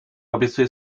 obiecuję